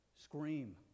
scream